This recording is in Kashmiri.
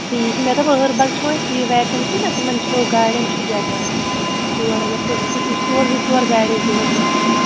ٹھیٖک مےٚ دوٚپ أہربل چھو اَسہِ یہِ وٮ۪کَنسی نہ تِمَن چھو گاڑٮ۪ن چھُ جگہ تور اگر تُہۍ گٔژھِو بیٚیہِ چھِ تور زٕ ژور گاڑِ اَسہِ دۄہَس گژھان